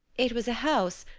it was a house,